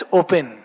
open